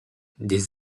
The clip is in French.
des